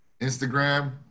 Instagram